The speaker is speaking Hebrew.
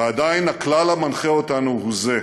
ועדיין, הכלל המנחה אותנו הוא זה: